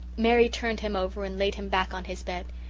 mary turned him over and laid him back on his bed.